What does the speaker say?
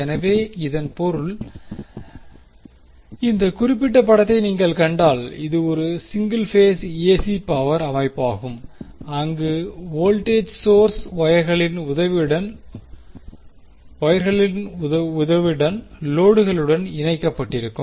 எனவே இதன் பொருள் இந்த குறிப்பிட்ட படத்தை நீங்கள் கண்டால் இது ஒரு சிங்கிள் பேஸ் ஏசி பவர் அமைப்பாகும் அங்கு வோல்டேஜ் சோர்ஸ் வொயர்களின் உதவியுடன் லோடுகளுடன் இணைக்கப்பட்டிருக்கும்